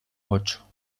ocho